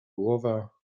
głowa